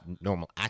normal